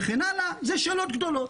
אלה שאלות גדולות.